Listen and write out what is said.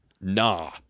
Nah